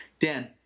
Dan